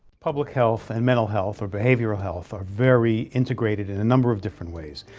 public health and mental health or behavioral health are very integrated and a number of different ways,